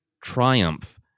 triumph